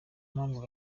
mpamvu